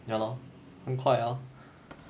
ya lor 很快 hor